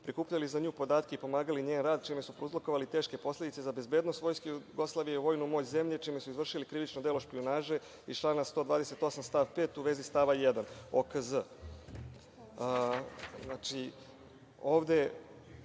prikupljali za nju podatke i pomagali njen rad, čime su prouzrokovali teške posledice za bezbednost Vojske Jugoslavije u vojnu moć zemlje, čime su izvršili krivično delo špijunaže iz člana 128. stav 5, u vezi stava 1. OKZ.Dakle, ovde